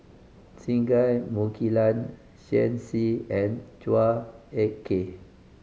Singai Mukilan Shen Xi and Chua Ek Kay